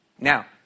Now